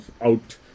out